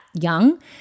young